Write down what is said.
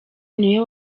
niwe